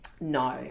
No